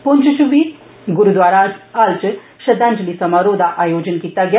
पुंछ च बी गुरूद्वारा हाल च श्रद्वांजलि समारोह दा आयोजन कीता गेआ